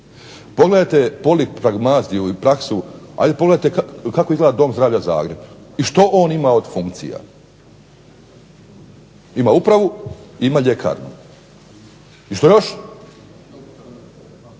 Pogledajte polipragmaziju i praksu, ajde pogledate kako izgleda Dom zdravlja Zagreb i što on ima od funkcija. Ima upravu i ima ljekarnu. I što još?